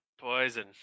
Poison